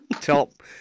Top